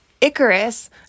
Icarus